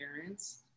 parents